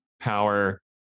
power